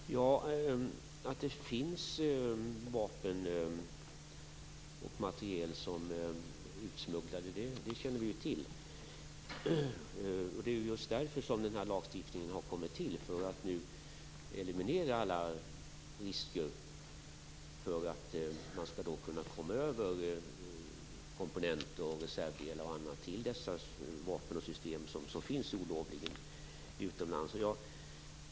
Fru talman! Att det finns vapen och materiel som är utsmugglade känner vi till. Det är just därför som den här lagstiftningen har kommit till för att eliminera alla risker för att man skall kunna komma över komponenter, reservdelar och annat till dessa vapensystem som olovligen finns utomlands.